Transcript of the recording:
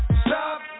Stop